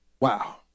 Wow